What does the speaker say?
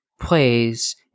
plays